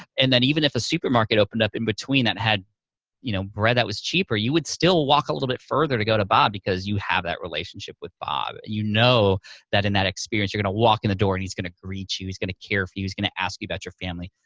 and then, even if the supermarket opened up in between that had you know bread that was cheaper, you would still walk a little bit further to go to bob because you have that relationship with bob. you know that in that experience, you're gonna walk in the door and he's gonna greet you, he's gonna care for you, he's gonna ask you about your family.